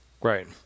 Right